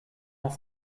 off